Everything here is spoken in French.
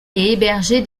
héberger